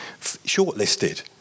shortlisted